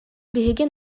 биһиги